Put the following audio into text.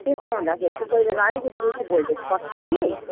त्यसो हुँदाखेरि चाहिँ कोही बेला अलिकति बेसी भोल्टेज पस्छ कि